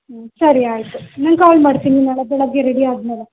ಸರಿ ಆಯಿತು ನಾನು ಕಾಲ್ ಮಾಡ್ತೀನಿ ನಾಳೆ ಬೆಳಗ್ಗೆ ರೆಡಿ ಆದ ಮೇಲೆ